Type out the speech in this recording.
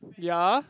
ya